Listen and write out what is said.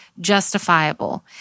justifiable